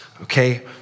okay